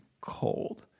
cold